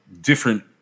different